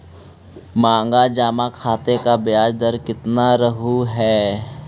मांग जमा खाते का ब्याज दर केतना रहअ हई